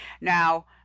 Now